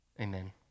Amen